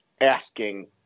asking